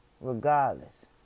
Regardless